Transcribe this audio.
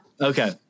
Okay